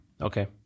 Okay